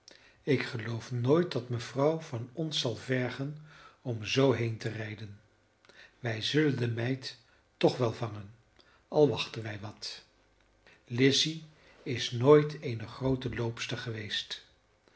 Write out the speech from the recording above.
ik geloof nooit dat mevrouw van ons zal vergen om zoo heen te rijden wij zullen de meid toch wel vangen al wachten wij wat lizzy is nooit eene groote loopster geweest